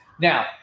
Now